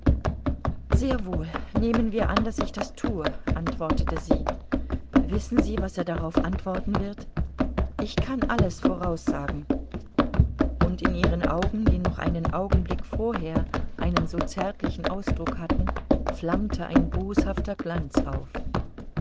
sehr wohl nehmen wir an daß ich das tue antwortete sie wissen sie was er darauf antworten wird ich kann alles voraussagen und in ihren augen die noch einen augenblick vorher einen so zärtlichen ausdruck hatten flammte ein boshafter glanz auf